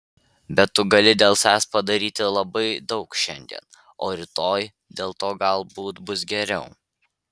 bet tu gali dėl savęs padaryti labai daug šiandien o rytoj dėl to galbūt bus geriau